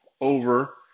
over